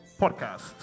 podcast